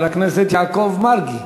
אחריו, חבר הכנסת יעקב מרגי,